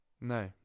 No